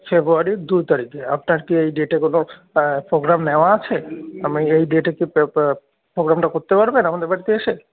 ফেব্রুয়ারির দু তারিখে আপনার কি এই ডেটে কোনো প্রোগ্রাম নেওয়া আছে আপনি এই ডেটে কি প্রোগ্রামটা করতে পারবেন আমাদের বাড়িতে এসে